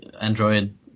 Android